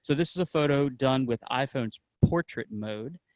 so this is a photo done with iphone's portrait mode,